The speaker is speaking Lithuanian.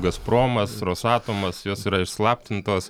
gazpromas rosatomas jos yra išslaptintos